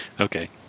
Okay